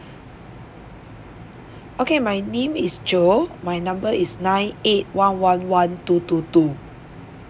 okay my name is jo my number is nine eight one one one two two two